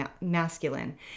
masculine